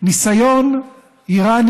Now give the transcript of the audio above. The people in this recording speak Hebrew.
ניסיון איראני